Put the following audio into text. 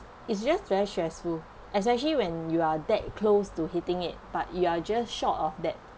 it's just very stressful especially when you are that close to hitting it but you are just short of that